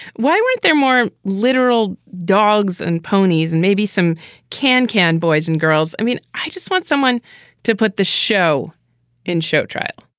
why weren't there more literal dogs and ponies and maybe some can-can boys and girls? i mean, i just want someone to put the show in show trial.